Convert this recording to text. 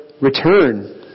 return